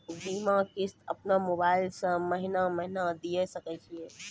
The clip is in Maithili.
बीमा किस्त अपनो मोबाइल से महीने महीने दिए सकय छियै?